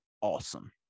awesome